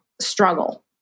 struggle